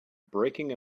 breaking